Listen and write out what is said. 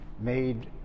made